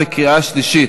בעד, 33,